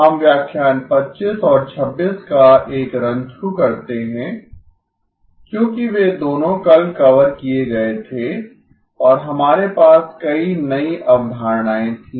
हम व्याख्यान 25 और 26 का एक रन थ्रू करतें हैं क्योंकि वे दोनों कल कवर किए गए थे और हमारे पास कई नई अवधारणाएँ थीं